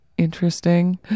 Interesting